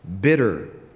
bitter